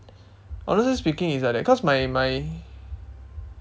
honestly speaking it's like that cause my my